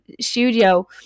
studio